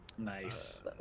Nice